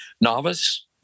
novice